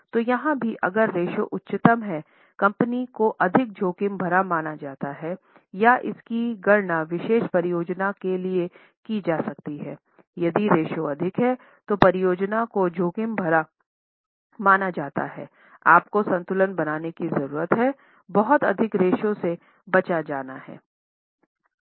तो यहाँ भी अगर रेश्यो उच्चतम है कंपनी को अधिक जोखिम भरा माना जाता है या इसकी गणना विशेष परियोजना के लिए की जा सकती है यदि रेश्यो अधिक है तो परियोजना को जोखिम भरा माना जाता है आप को संतुलन बनाने की जरूरत है बहुत अधिक रेश्यो से बचा जाना है